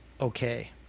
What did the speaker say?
okay